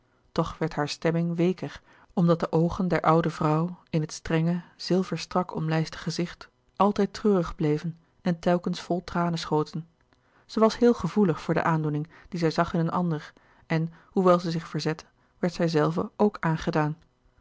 toch werd hare stemming weeker omdat de oogen der oude vrouw in het strenge zilver strak omlijste gezicht altijd treurig bleven en telkens vol tranen schoten zij was heel gevoelig voor de aandoening die zij zag in een ander en hoewel zij zich verzette werd zij zelve ook aangedaan